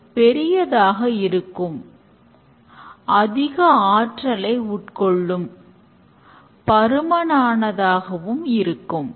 அடுத்த கேள்வி என்னவென்றால் புரோடோடைப் உடன் ஒப்பிடும் போது எந்த மாதிரியாக ரிஸ்குகளை ஸ்பைரல் மாடலால் திறம்பட கையாள முடியும்